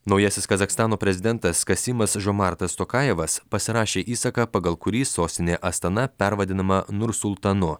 naujasis kazachstano prezidentas kasymas žomartas tokajevas pasirašė įsaką pagal kurį sostinė astana pervadinama nursultanu